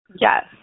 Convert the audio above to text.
Yes